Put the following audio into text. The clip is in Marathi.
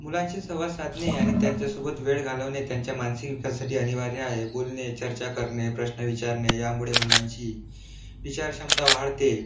मुलांशी संवाद साधणे आणि त्यांच्यासोबत वेळ घालवणे त्यांच्या मानसिक विकासासाठी अनिवार्य आहे बोलणे चर्चा करणे प्रश्न विचारणे यामुळे मुलांची विचारक्षमता वाढते